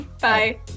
Bye